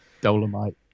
Dolomite